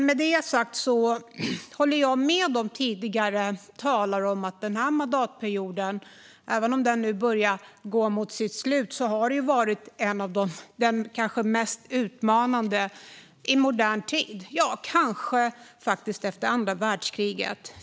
Med det sagt håller jag med tidigare talare om att den här mandatperioden, även om den börjar gå mot sitt slut, har varit den kanske mest utmanande i modern tid, kanske sedan andra världskriget.